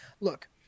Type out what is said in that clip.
look